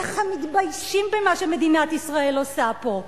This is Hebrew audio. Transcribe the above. איך הם מתביישים במה שמדינת ישראל עושה פה.